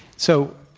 so,